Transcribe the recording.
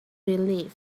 relieved